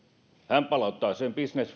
hän palauttaa sen business